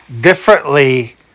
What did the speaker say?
differently